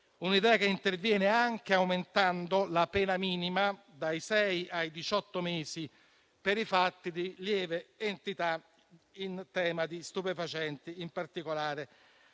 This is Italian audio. Una idea che interviene anche aumentando la pena minima da sei a diciotto mesi per i fatti di lieve entità in tema di stupefacenti, in particolare